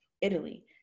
Italy